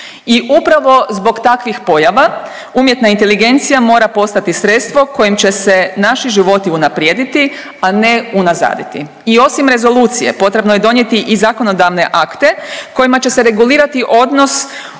I upravo zbog takvih pojava umjetna inteligencija mora postati sredstvo kojim će se naši životi unaprijediti, a ne unazaditi. I osim rezolucije potrebno je donijeti i zakonodavne akte kojima će se regulirati odnos